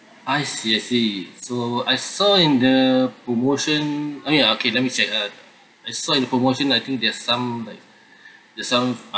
I see I see so I saw in the promotion oh ya okay let me check uh I saw in the promotion I think there's some like there's some uh